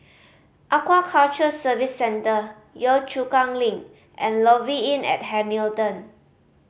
Aquaculture Services Centre Yio Chu Kang Link and Lofi Inn at Hamilton